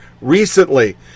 recently